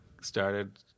started